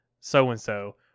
so-and-so